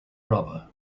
rubber